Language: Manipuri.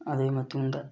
ꯑꯗꯨꯒꯤ ꯃꯇꯨꯡꯗ